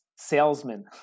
Salesman